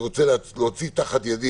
אני רוצה להוציא תחת ידי